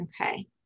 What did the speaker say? Okay